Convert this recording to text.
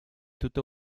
tutta